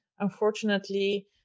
Unfortunately